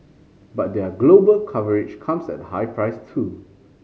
but their global coverage comes at a high price too